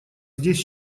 здесь